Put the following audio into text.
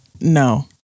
no